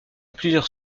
plusieurs